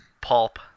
Pulp